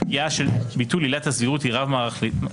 הפגיעה של ביטול עילת הסבירות היא רב-מערכתית,